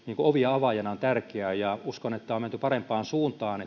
ovien avaajana on tärkeä ja uskon että on menty parempaan suuntaan